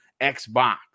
Xbox